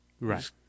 right